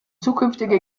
zukünftige